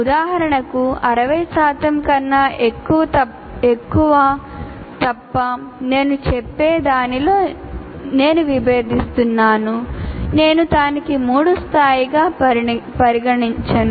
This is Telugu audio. ఉదాహరణకు 60 కన్నా ఎక్కువ తప్ప నేను చెప్పే దానితో నేను విభేదిస్తున్నాను నేను దానిని 3 స్థాయిగా పరిగణించను